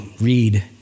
read